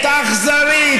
האכזרית,